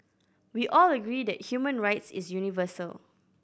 we all agree that human rights is universal